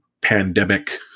pandemic